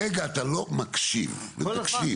רגע אתה לא מקשיב, תקשיב.